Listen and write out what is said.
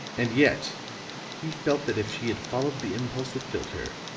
and yet he felt that if she had followed the impulse that filled her,